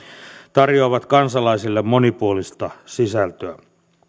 tarjoavat kansalaisille monipuolista sisältöä